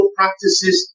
practices